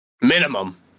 Minimum